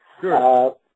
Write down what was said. Sure